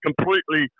completely